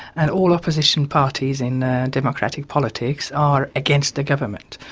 and all opposition parties in democratic politics are against the government,